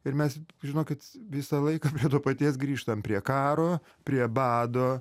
ir mes žinokit visą laiką prie to paties grįžtam prie karo prie bado